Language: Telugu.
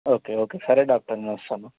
ఓకే ఓకే సరే డాక్టర్ నేను వస్తాను